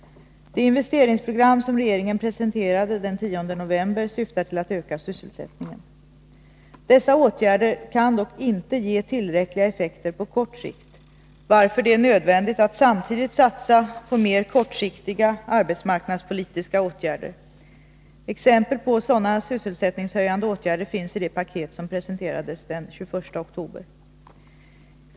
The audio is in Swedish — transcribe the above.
Det investeringsprogram som regeringen presenterade den 10 november syftar till att öka sysselsättningen. Dessa åtgärder kan dock inte ge tillräckliga effekter på kort sikt, varför det är nödvändigt att samtidigt satsa på mer kortsiktiga arbetsmarknadspolitiska åtgärder. Exempel på sådana sysselsättningshöjande åtgärder finns i det paket som presenterades den 21 oktober.